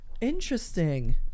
Interesting